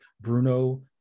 Bruno